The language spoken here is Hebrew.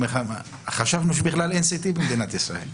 חשבנו שאין בכלל CT במדינת ישראל.